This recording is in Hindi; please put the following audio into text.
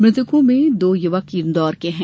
मृतकों में दो युवक इंदौर के हैं